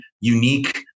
unique